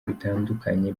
bitandukanye